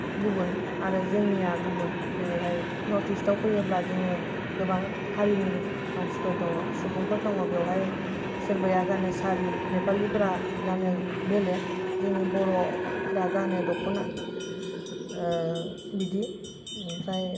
गुबुन आरो जोंनिया गुबुन जेरैहय नर्थ इस्थ आव फैयोब्ला जोङो गोबां हारिनि मानसिफोर दङ सुबुंफोर दङ बेवहाय सोरबाया गानो सारि नेपालिफोरा बेलेग जोंनि बर'फोरा गानो दख'ना बिदि ओमफ्राय